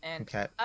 Okay